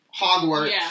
Hogwarts